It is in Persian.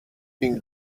این